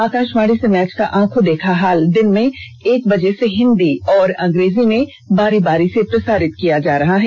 आकाशवाणी से मैच का आंखों देखा हाल दिन में एक बजे से हिंदी और अंग्रेजी में बारी बारी से प्रसारित किया जा रहा है